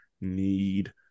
need